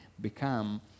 become